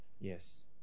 Yes